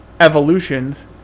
evolutions